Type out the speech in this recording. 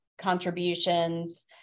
contributions